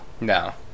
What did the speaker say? No